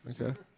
okay